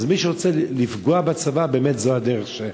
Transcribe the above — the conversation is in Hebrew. אז מי שרוצה לפגוע בצבא, זו הדרך.